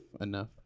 enough